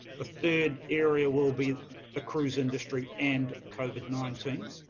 the third area will be the cruise industry and covid nineteen.